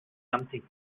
something